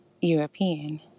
European